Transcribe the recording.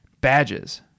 badges